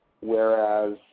whereas